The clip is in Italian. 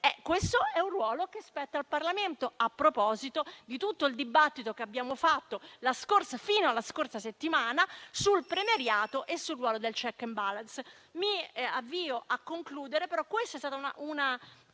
Questo è un ruolo che spetta al Parlamento, a proposito di tutto il dibattito che abbiamo fatto fino alla scorsa settimana sul premierato e sul ruolo di *check and balance*. Mi avvio a concludere, però tale questione è stata non